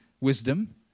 wisdom